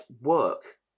work